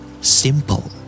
Simple